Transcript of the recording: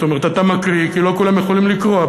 זאת אומרת, אתה מקריא כי לא כולם יכולים לקרוא.